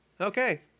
Okay